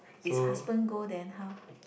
is husband go then how